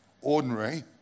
ordinary